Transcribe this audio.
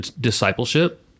Discipleship